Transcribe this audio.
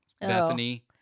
Bethany